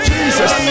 Jesus